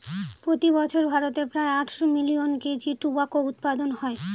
প্রতি বছর ভারতে প্রায় আটশো মিলিয়ন কেজি টোবাকো উৎপাদন হয়